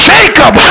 Jacob